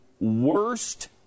worst